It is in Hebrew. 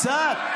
קצת.